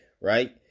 right